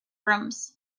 rooms